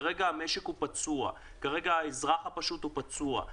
כרגע המשק פצוע, כרגע האזרח הפשוט פצוע.